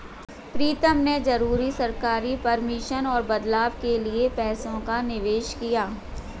प्रीतम ने जरूरी सरकारी परमिशन और बदलाव के लिए पैसों का निवेश किया